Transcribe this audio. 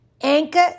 Anchor